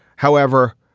however,